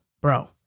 Bro